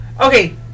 Okay